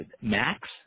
max